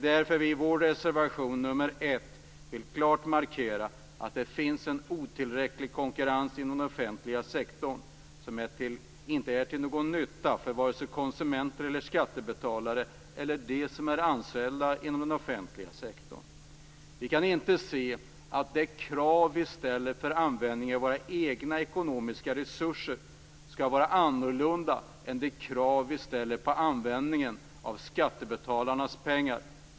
Därför vill vi i reservation nr 1 klart markera att det finns en otillräcklig konkurrens inom den offentliga sektorn som inte är till nytta vare sig för konsumenter eller skattebetalare eller för dem som är anställda inom den offentliga sektorn. Vi kan inte se att de krav som vi ställer på användningen av våra egna ekonomiska resurser skall vara annorlunda än de krav som vi ställer på användningen av skattebetalarnas pengar.